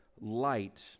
light